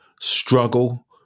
struggle